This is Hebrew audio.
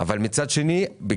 אבל מצד שני,